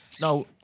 Now